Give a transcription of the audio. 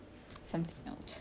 like you have no